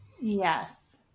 Yes